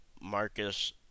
Marcus